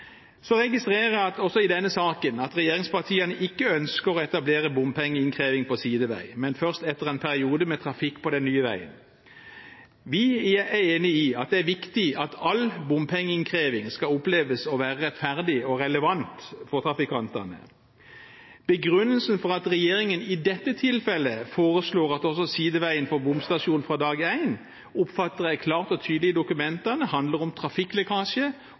Så registrerer jeg, også i denne saken, at regjeringspartiene ikke ønsker å etablere bompengeinnkreving på sidevei, men først etter en periode med trafikk på den nye veien. Vi er enig i at det er viktig at all bompengeinnkreving skal oppleves å være rettferdig og relevant for trafikantene. Begrunnelsen for at regjeringen i dette tilfellet foreslår at også sideveien får bomstasjon fra dag én, oppfatter jeg klart og tydelig i dokumentene handler om trafikklekkasje